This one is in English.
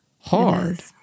hard